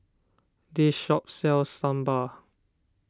this shop sells Sambal